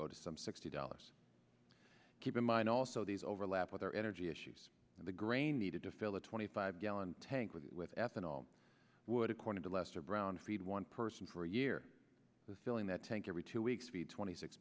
go to some sixty dollars keep in mind also these overlap with their energy issues and the grain needed to fill the twenty five gallon tank with with ethanol would according to lester brown feed one person for a year the feeling that tank every two weeks the twenty six